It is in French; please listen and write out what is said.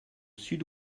sud